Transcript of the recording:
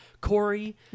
Corey